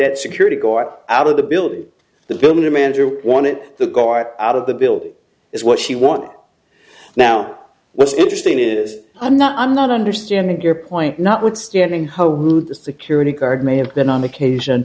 that security guard out of the building the building manager wanted the guard out of the building is what she wanted now what's interesting is i'm not i'm not understanding your point notwithstanding the security guard may have been on vacation